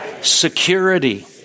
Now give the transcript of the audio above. security